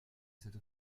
cette